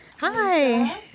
Hi